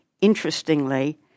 interestingly